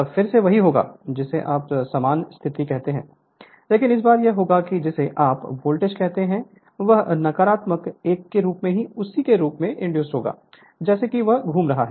तब फिर से वही होगा जिसे आप समान स्थिति कहते हैं इसलिए इस बार यह होगा कि जिसे आप वोल्टेज कहते हैं वह नकारात्मक एक के रूप में उसी के रूप में इंड्यूस होगा जैसा कि वह घूम रहा है